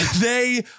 They-